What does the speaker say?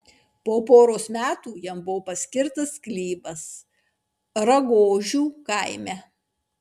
po poros metų jam buvo paskirtas sklypas ragožių kaime